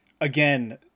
again